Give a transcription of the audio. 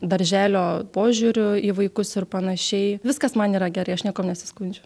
darželio požiūriu į vaikus ir panašiai viskas man yra gerai aš niekuom nesiskundžiu